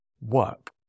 work